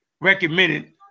recommended